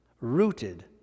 rooted